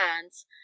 hands